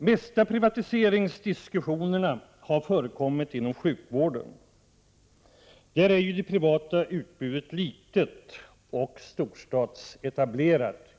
De flesta privatiseringsdiskussionerna har förekommit inom sjukvården, där det privata utbudet är litet och i hög grad storstadsetablerat.